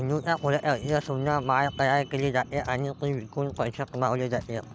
झेंडूच्या फुलांची अतिशय सुंदर माळ तयार केली जाते आणि ती विकून पैसे कमावले जातात